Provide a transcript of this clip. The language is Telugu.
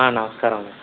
నమస్కారమ అండి